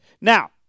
Now